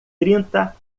trinta